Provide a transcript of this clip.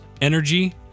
energy